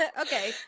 okay